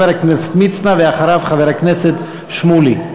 חבר הכנסת מצנע, ואחריו, חבר הכנסת שמולי.